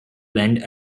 lend